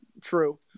True